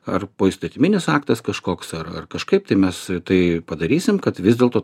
ar poįstatyminis aktas kažkoks ar ar kažkaip tai mes tai padarysim kad vis dėlto